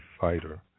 fighter